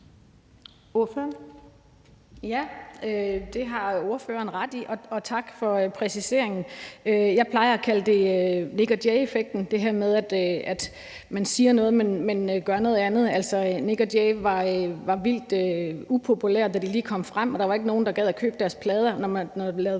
Ja, det har ordføreren ret i, og tak for præciseringen. Jeg plejer at kalde det her med, at man siger noget, men gør noget andet, Nik & Jay-effekten. Altså, Nik & Jay var vildt upopulære, da de lige kom frem, og der var ikke nogen, der gad at købe deres plader, og når der